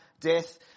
death